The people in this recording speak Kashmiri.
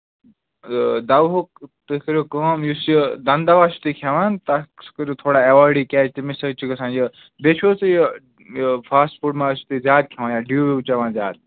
تہٕ دَوہُک تُہۍ کٔرِو کٲم یُس یہِ دَنٛدٕ دوا چھُو تُہۍ کھیٚوان تَتھ سُہ کٔرِو تھوڑا ایوایڈٕے کیٛازِ تمے سۭتۍ چھُ گژھان یہِ بیٚیہِ چھُو حظ تُہۍ یہِ فاسٹ فُڈ ما حظ چھُ تُہۍ زیادٕ کھیٚوان یا ڈِو ویو چیٚوان زیادٕ